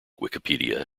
wikipedia